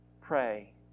pray